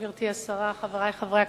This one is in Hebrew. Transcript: גברתי השרה, חברי חברי הכנסת,